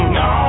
no